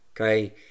Okay